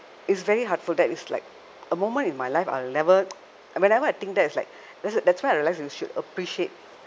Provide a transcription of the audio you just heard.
it's very hard for that it's like a moment in my life I'll never whenever I think that it's like that's that's why I realize you should appreciate